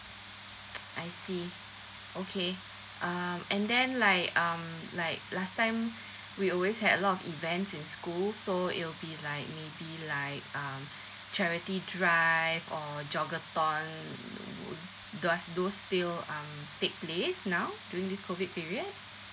I see okay uh and then like um like last time we always had a lot of events in school so it will be like maybe like um charity drive or do those still um take place now during this COVID period